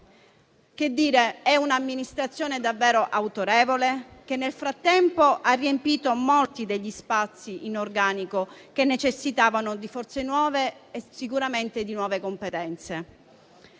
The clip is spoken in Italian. Questa è un'Amministrazione davvero autorevole, che nel frattempo ha riempito molti degli spazi in organico che necessitavano di forze nuove e sicuramente di nuove competenze.